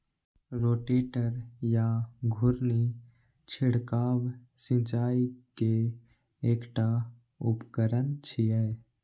rotator या घुर्णी छिड़काव सिंचाइ के एकटा उपकरण छियै